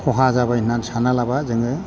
खहा जाबाय होनना सानना लाबा जोङो